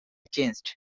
changed